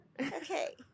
okay